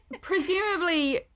presumably